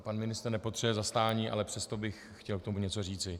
Pan ministr nepotřebuje zastání, ale přesto bych chtěl k tomu něco říci.